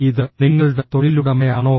ഇത് നിങ്ങളുടെ തൊഴിലുടമയാണോ